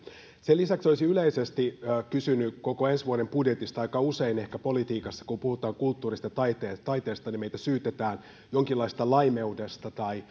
sen lisäksi olisin yleisesti kysynyt koko ensi vuoden budjetista aika usein ehkä politiikassa kun puhutaan kulttuurista ja taiteesta meitä syytetään jonkinlaisesta laimeudesta tai